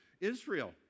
Israel